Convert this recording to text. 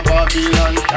Babylon